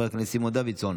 חבר הכנסת סימון דוידסון